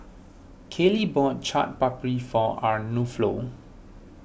Kaley bought Chaat Papri for